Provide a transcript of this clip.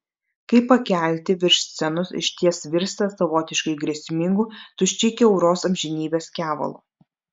kai pakelti virš scenos išties virsta savotiškai grėsmingu tuščiai kiauros amžinybės kevalu